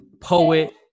poet